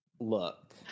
Look